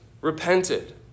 repented